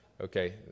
Okay